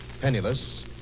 penniless